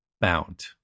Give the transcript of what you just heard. bound